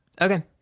Okay